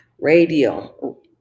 Radio